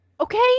Okay